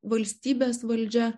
valstybės valdžia